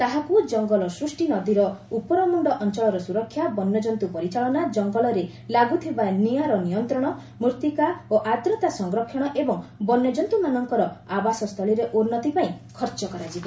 ତାହାକୁ ଜଙ୍ଗଲ ସୃଷ୍ଟି ନଦୀର ଉପରମୁଣ୍ଡ ଅଞ୍ଚଳର ସୁରକ୍ଷା ବନ୍ୟଜନ୍ତୁ ପରିଚାଳନା ଜଙ୍ଗଲରେ ଲାଗୁଥିବା ନିଆଁର ନିୟନ୍ତ୍ରଣ ମୃତ୍ତିକା ଓ ଆର୍ଦ୍ରତା ସଂରକ୍ଷଣ ଏବଂ ବନ୍ୟଜନ୍ତୁମାନଙ୍କର ଆବାସସ୍ଥଳୀରେ ଉନ୍ନତି ପାଇଁ ଖର୍ଚ୍ଚ କରାଯିବ